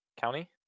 County